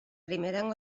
primerenc